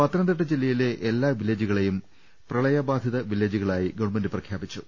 പത്തനംതിട്ട ജില്ലയിലെ എല്ലാ വില്ലേജുകളേയും പ്രളയ ബാധിത വില്ലേജുകളായി ഗവൺമെന്റ് പ്രഖ്യാപിച്ചു